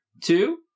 two